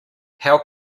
how